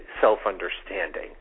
self-understanding